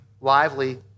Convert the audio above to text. lively